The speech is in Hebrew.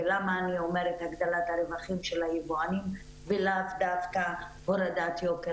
ולמה אני אומרת הגדלת הרווחים של היבואנים ולאו דווקא הורדת יוקר